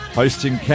hosting